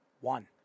One